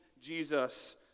Jesus